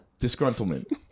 Disgruntlement